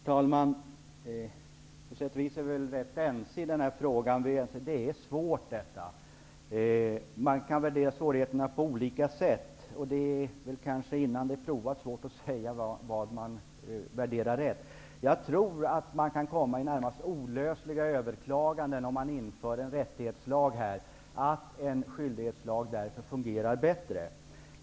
Herr talman! På sätt och vis är vi rätt ense i denna fråga. Detta är svårt. Man kan dela in svårigheterna på olika sätt. Innan man har provat är det svårt att säga om man värderar rätt. Jag tror att man kan hamna i närmast olösliga överklaganden om man inför en rättighetslag och att en skyldighetslag därför fungerar bättre.